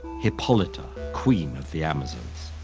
hippolyta, queen of the amazons.